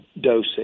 dosing